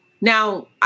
Now